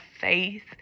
faith